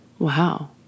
Wow